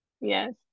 Yes